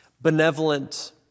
benevolent